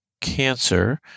cancer